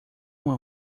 uma